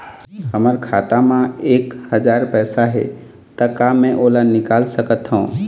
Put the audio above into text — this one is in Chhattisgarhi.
हमर खाता मा एक हजार पैसा हे ता का मैं ओला निकाल सकथव?